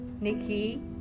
Nikki